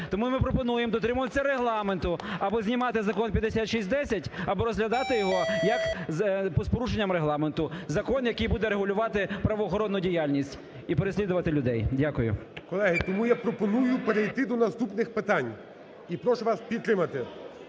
Тому ми пропонуємо дотримуватися Регламенту: або знімати Закон 5610, або розглядати його з порушенням Регламенту, закон, який буде регулювати правоохоронну діяльність і переслідувати людей. Дякую. ГОЛОВУЮЧИЙ. Колеги, тому я пропоную перейти до наступних питань. І прошу вас підтримати.